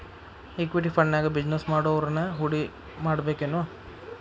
Equity ಫಂಡ್ನ್ಯಾಗ business ಮಾಡೊವ್ರನ ಹೂಡಿಮಾಡ್ಬೇಕೆನು?